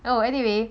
oh anyway